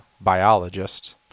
biologist